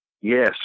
Yes